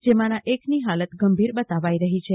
જેમના એકની હાલત ગંભીર બતાવી રહી છે